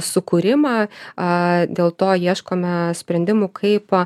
sukūrimą a dėl to ieškome sprendimų kaip